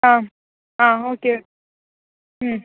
आं आं ओके